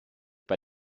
bei